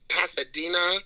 pasadena